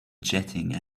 jetting